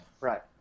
Right